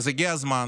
הגיע הזמן